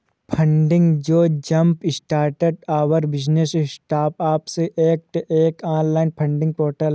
funding जो jumpstart our business startups act एक online funding portal है